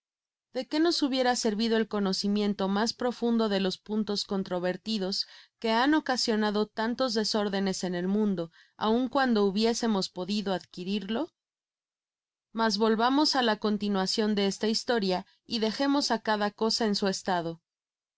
de qué nos hubiera servido el conocimiento mas profundo de los puntos controvertidos que han ocasionado tantos desórdenes en el mundo airo cuando hubiésemos podido adquirirlo mas volvamos á la continuacion de esta historia y dejemos á cada cosa en su estado